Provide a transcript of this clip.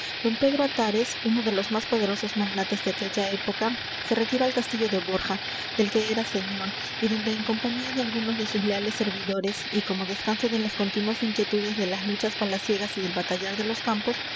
don pedro atares uno de los más poderosos magnates de aquella época se retiró al castillo de borja del que era señor y donde en compañía de algunos de sus leales servidores y como descanso de las continuas inquietudes de las luchas palaciegas y del batallar de los campos